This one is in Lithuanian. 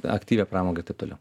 aktyvią pramogą ir taip toliau